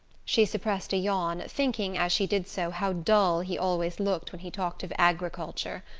she suppressed a yawn, thinking, as she did so, how dull he always looked when he talked of agriculture.